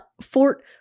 Fort